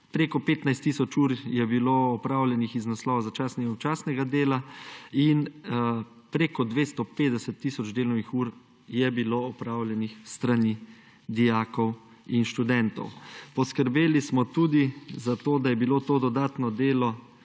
preko 15 tisoč ur je bilo opravljenih iz naslova začasnega in občasnega dela in preko 250 tisoč delovnih ur je bilo opravljenih s strani dijakov in študentov. Poskrbeli smo tudi za to, da je bilo to dodatno delo